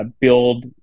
build